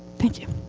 thank you.